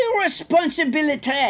responsibility